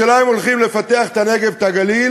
השאלה היא אם הולכים לפתח את הנגב, את הגליל,